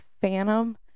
Phantom